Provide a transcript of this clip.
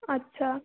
अच्छा